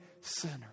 sinner